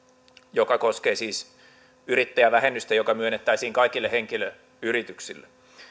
joka koskee yrittäjävähennystä joka myönnettäisiin kaikille henkilöyrityksille